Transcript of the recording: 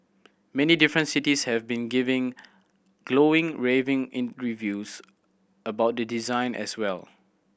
many different cities have been given glowing raving about the design as well